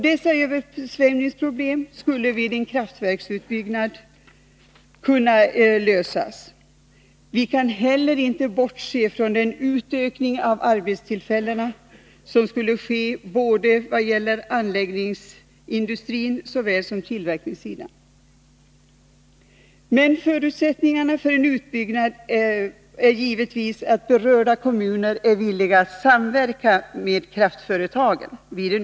Dessa översvämningsproblem skulle vid en vattenkraftsutbyggnad kunna lösas. Vi kan heller inte bortse från den utökning av arbetstillfällena som skulle kunna göras både i anläggningsindustrin och på tillverkningssidan. Men förutsättningen för en utbyggnad är givetvis att berörda kommuner är villiga att samverka med kraftföretagen.